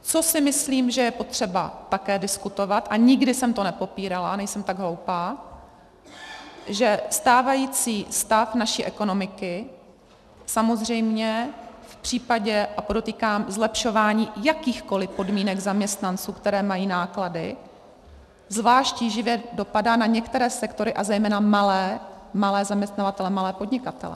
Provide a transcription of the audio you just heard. Co si myslím, že je potřeba také diskutovat, a nikdy jsem to nepopírala, nejsem tak hloupá, že stávající stav naší ekonomiky samozřejmě v případě, a podotýkám, zlepšování jakýchkoliv podmínek zaměstnanců, kteří mají náklady, zvlášť tíživě dopadá na některé sektory, a zejména na malé, malé zaměstnavatele, malé podnikatele.